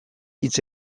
hitz